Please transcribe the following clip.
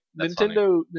Nintendo